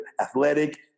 athletic